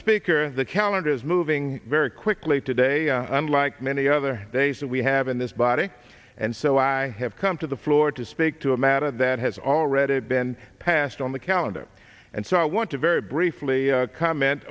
speaker the calendar is moving very quickly today unlike many other days that we have in this body and so i have come to the floor to speak to a matter that has already been passed on the calendar and so i want to very briefly comment